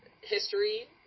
history